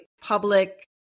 public